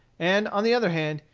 and on the other hand,